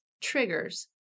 triggers